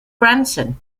branson